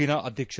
China ಅಧ್ಯಕ್ಷ